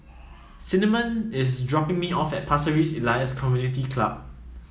Cinnamon is dropping me off at Pasir Ris Elias Community Club